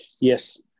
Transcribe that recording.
Yes